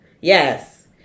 Yes